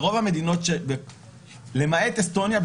למעט באסטוניה,